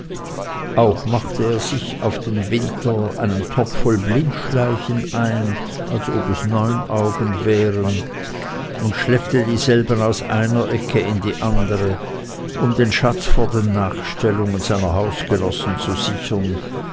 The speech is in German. auch machte er sich auf den winter einen topf voll blindschleichen ein als ob es neunaugen wären und schleppte denselben aus einer ecke in die andere um den schatz vor den nachstellungen seiner hausgenossen zu sichern